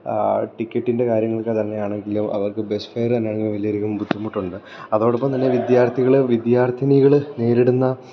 ടിക്കറ്റിൻ്റെ കാര്യങ്ങൾക്കെ തന്നെയണെങ്കിലും അവർക്ക് ബസ് ഫെയർ തന്നെയാണെങ്കിൽ വലിയ അധികം ബുദ്ധിമുട്ടുണ്ട് അതോടൊപ്പം തന്നെ വിദ്യാർത്ഥികളെ വിദ്യാർത്ഥിനികൾ നേരിടുന്ന